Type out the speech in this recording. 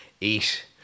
eat